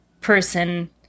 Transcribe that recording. person